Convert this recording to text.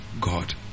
God